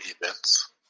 events